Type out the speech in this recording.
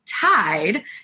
Tied